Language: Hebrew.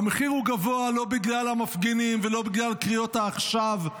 והמחיר הוא גבוה לא בגלל המפגינים ולא בגלל קריאות ה"עכשיו".